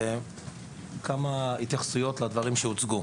כמה התייחסויות לדברים שהוצגו: